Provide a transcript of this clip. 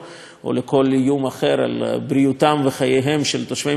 איום אחר על בריאותם וחייהם של תושבי מדינת ישראל,